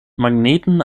magneten